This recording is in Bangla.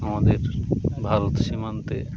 আমাদের ভারত সীমান্তে